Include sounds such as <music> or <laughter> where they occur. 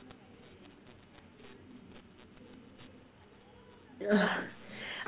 <laughs>